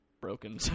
broken